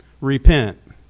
Repent